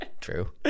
True